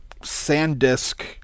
Sandisk